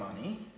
money